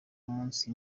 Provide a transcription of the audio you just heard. umunsi